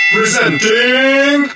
Presenting